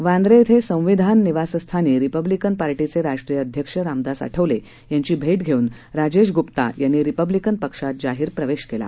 बांद्रा इथं संविधान निवासस्थानी रिपब्लिकन पक्षाचे राष्ट्रीय अध्यक्ष रामदास आठवले यांची भेट घेऊन राजेश गुप्ता यांनी रिपब्लिकन पक्षात जाहीर प्रवेश केला